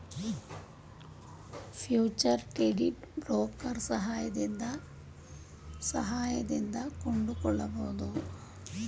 future trading broker ಸಹಾಯದಿಂದ ಕೊಂಡುಕೊಳ್ಳಬಹುದು